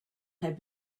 had